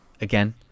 again